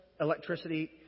electricity